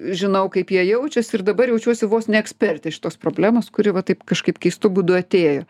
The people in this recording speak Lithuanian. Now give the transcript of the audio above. žinau kaip jie jaučias ir dabar jaučiuosi vos ne ekspertė šitos problemos kuri va taip kažkaip keistu būdu atėjo